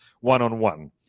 one-on-one